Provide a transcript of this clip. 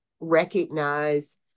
recognize